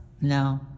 No